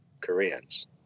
Koreans